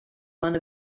one